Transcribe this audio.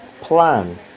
plan